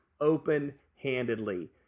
open-handedly